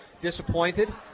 disappointed